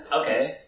Okay